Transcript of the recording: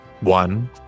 One